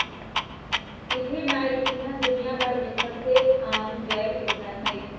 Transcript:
ethanol ईंधन दुनिया भर में सबसे आम जैव ईंधन हई